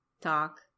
talk